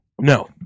No